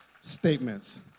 statements